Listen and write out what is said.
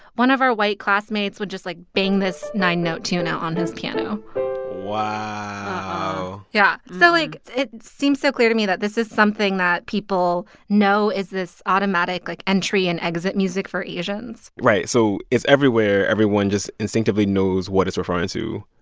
one of our white classmates would just like bang this nine-note tune out on this piano wow yeah. so like, it seemed so clear to me that this is something that people know is this automatic, like, entry and exit music for asians right. so it's everywhere. everyone just instinctively knows what it's referring to.